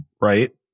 right